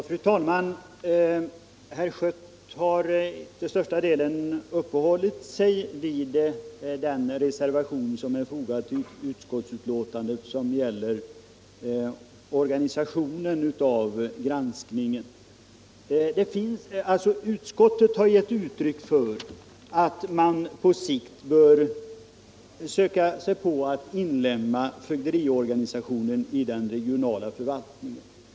Fru talman! Herr Schött har till största delen uppehållit sig vid den reservation vid utskottsbetänkandet som gäller organisationen av granskningen. Utskottet har gett uttryck för att man på sikt bör försöka inlemma fögderiorganisationen i den regionala förvaltningen.